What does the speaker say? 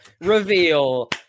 reveal